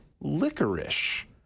licorice